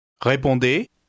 Répondez